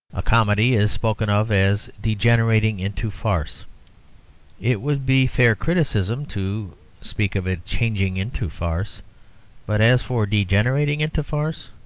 a comedy is spoken of as degenerating into farce it would be fair criticism to speak of it changing into farce but as for degenerating into farce,